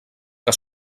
que